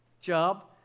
job